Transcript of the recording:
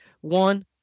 One